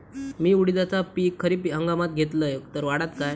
मी उडीदाचा पीक खरीप हंगामात घेतलय तर वाढात काय?